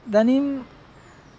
इदानिम्